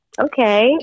Okay